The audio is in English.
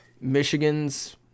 Michigan's